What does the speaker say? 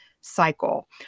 cycle